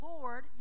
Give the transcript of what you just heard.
Lord